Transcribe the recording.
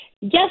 yes